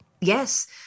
Yes